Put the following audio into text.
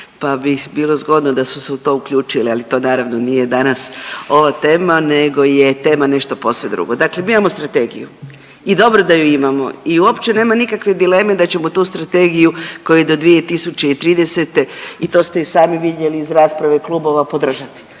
pa bi bilo zgodno da su se u to uključili, ali to naravno nije danas ova tema, nego je tema nešto posve drugo. Dakle, mi imamo strategiju i dobro da ju imamo i uopće nema nikakve dileme da ćemo tu strategiju koju do 2030. i to ste i sami vidjeli iz rasprave klubova podržati.